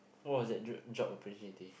what was that job opportunity